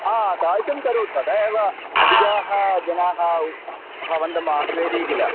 हा तादृशं करोतु तदा एव अधिकाः जनाः भवन्तम् आह्वयति किल